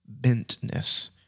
bentness